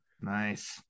Nice